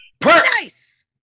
Nice